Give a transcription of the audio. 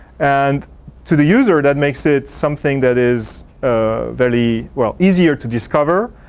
and to the user, that makes it something that is very, well easier to discover,